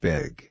Big